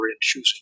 choosing